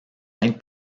aide